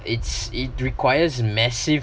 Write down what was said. it's it requires massive